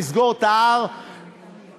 לסגור את ההר בפניהם.